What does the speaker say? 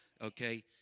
Okay